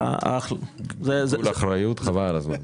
איזה גלגול של אחריות, חבל על הזמן.